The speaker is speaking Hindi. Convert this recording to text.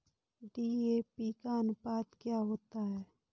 डी.ए.पी का अनुपात क्या होता है?